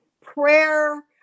prayer